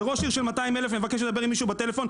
שראש עיר של 200 אלף מבקש לדבר עם מישהו בטלפון,